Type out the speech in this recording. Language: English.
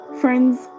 Friends